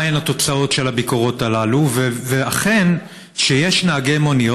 מהן התוצאות של הביקורות האלה וכן שיש נהגי מוניות,